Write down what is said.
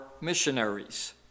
missionaries